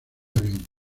avión